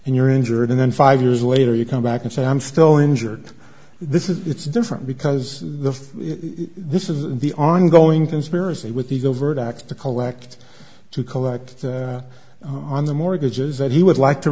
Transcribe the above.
and you're injured and then five years later you come back and say i'm still injured this is it's different because the this is the ongoing conspiracy with the go vertex to collect to collect on the mortgages that he would like to